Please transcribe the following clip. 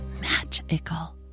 magical